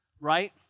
Right